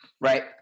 Right